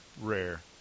rare